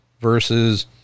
versus